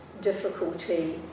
difficulty